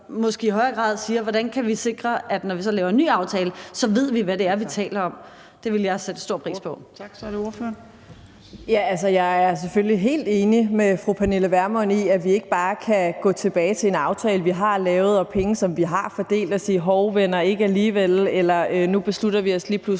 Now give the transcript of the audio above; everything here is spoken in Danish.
måske i højere grad sikrer, at når vi så laver en ny aftale, ved vi, hvad det er, vi taler om. Det ville jeg sætte stor pris på. Kl. 17:23 Tredje næstformand (Trine Torp): Tak, så er det ordføreren. Kl. 17:23 Samira Nawa (RV): Jeg er selvfølgelig helt enig med fru Pernille Vermund i, at vi ikke bare kan gå tilbage til en aftale, vi har lavet, og til penge, som vi har fordelt, og sige: Hov, venner, ikke alligevel. Eller: Nu beslutter vi os lige pludselig